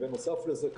בנוסף לזה,